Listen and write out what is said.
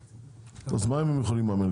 אז מה אם הם יכולים לממן?